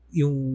yung